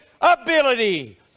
ability